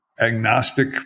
agnostic